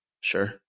Sure